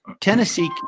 Tennessee